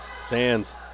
Sands